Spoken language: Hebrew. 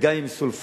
וגם אם סולפו,